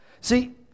See